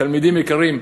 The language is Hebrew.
תלמידים יקרים,